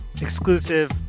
exclusive